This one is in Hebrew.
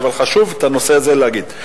אבל חשוב את הנושא הזה להגיד.